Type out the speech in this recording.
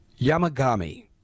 Yamagami